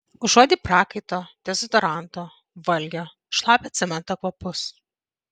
užuodi prakaito dezodoranto valgio šlapio cemento kvapus